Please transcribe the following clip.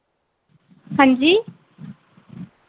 हांजी